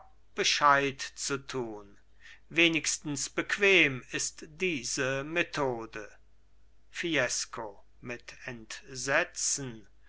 bescheid zu tun wenigstens bequem ist diese methode fiesco mit entsetzen